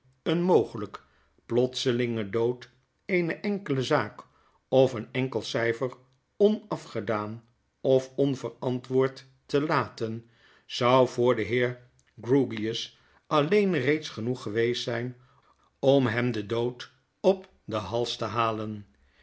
een mogelyk plotselingen dood eene enkelezaakof een enkel cyfer onafgedaan of onverantwoord te laten zou voor den heer grewgious alleen reeds genoeg geweest zyn om hem den dood t m op den hals te halen